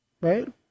right